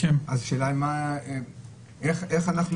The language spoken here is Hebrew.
אז השאלה איך אנחנו